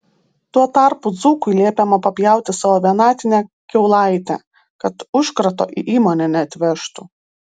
tuo tarpu dzūkui liepiama papjauti savo vienatinę kiaulaitę kad užkrato į įmonę neatvežtų